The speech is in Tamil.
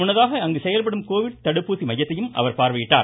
முன்னதாக இங்கு செயல்படும் கோவிட் தடுப்பூசி மையத்தையும் அவர் பார்வையிட்டார்